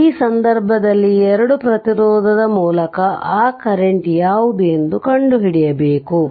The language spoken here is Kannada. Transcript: ಆದ್ದರಿಂದ ಈ ಸಂದರ್ಭದಲ್ಲಿ 2 ಪ್ರತಿರೋಧದ ಮೂಲಕ ಆ ಕರೆಂಟ್ ಯಾವುದು ಎಂದು ಕಂಡುಹಿಡಿಯಬೇಕು